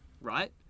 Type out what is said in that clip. right